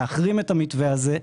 להחרים את המתווה הזה,